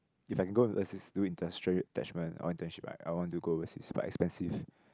if I can go overseas do intern attachment or internship right I want to go overseas but expensive